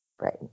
right